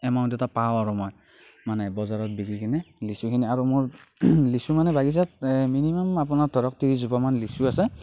amount এটা পাওঁ আৰু মই মানে বজাৰত বিকি কেনে লিচুিখনি আৰু মোৰ লিচু মানে বাগিচাত মিনিমাম আপোনাৰ ধৰক তিৰিছ জোপা মান লিচু আছে